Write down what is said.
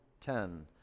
ten